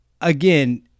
again